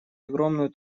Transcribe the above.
огромную